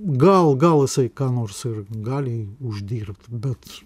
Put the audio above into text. gal gal jisai ką nors ir gali uždirbt bet